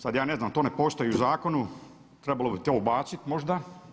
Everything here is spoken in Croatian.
Sada ja ne znam, to ne postoji u Zakonu, trebalo bi to ubaciti možda.